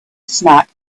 snack